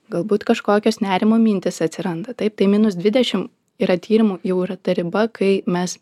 galbūt kažkokios nerimo mintys atsiranda taip tai minus dvidešim yra tyrimų jau yra ta riba kai mes